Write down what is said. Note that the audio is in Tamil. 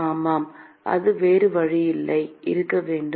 மாணவர் ஆமாம் அது வேறு வழியில் இருக்க வேண்டும்